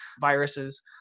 viruses